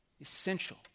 essential